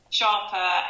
sharper